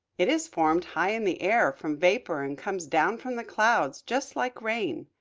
it is formed high in the air, from vapor, and comes down from the clouds, just like rain.